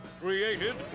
Created